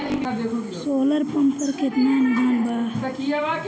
Solar pump पर केतना अनुदान बा?